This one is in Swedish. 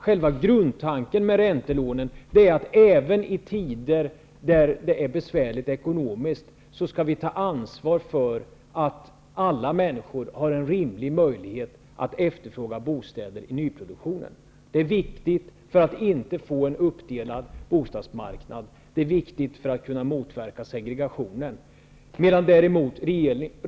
Själva grundtanken med räntelånen är att vi även i ekonomiskt besvärliga tider skall ta ansvar för att alla människor har en rimlig möjlighet att efterfråga bostäder i nyproduktionen. Det är viktigt för att vi inte skall få en uppdelad bostadsmarknad, det är viktigt för att vi skall kunna motverka segregationen.